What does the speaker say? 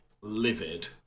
Livid